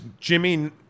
Jimmy